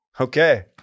Okay